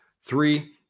Three